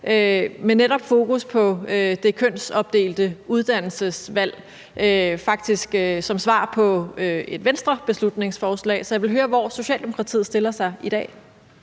med netop fokus på det kønsopdelte uddannelsesvalg, faktisk som svar på et Venstrebeslutningsforslag. Så jeg vil høre, hvor Socialdemokratiet stiller sig i dag.